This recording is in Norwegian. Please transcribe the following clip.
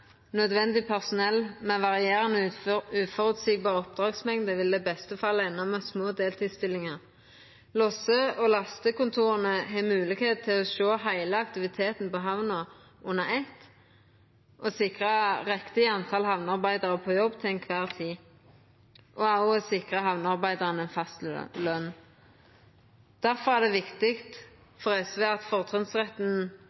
nødvendig personell når oppdragsmengda varierer og er uføreseieleg, vil det i beste fall enda med små deltidsstillingar. Det er mogleg for losse- og lastekontora å sjå heile aktiviteten på hamna under eitt og alltid sikra så mange hamnearbeidarar som trengst på jobb, og også sikra hamnearbeidarane fast løn. Difor er det